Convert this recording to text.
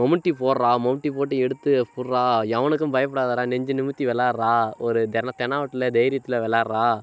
மமுட்டி போடுறா மமுட்டி போட்டு எடுத்து குடுடா எவனுக்கும் பயப்படாதடா நெஞ்சை நிமிர்த்தி விளாட்றா ஒரு தெனாவட்டில் தைரியத்தில் விளாட்றா